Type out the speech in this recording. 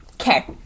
Okay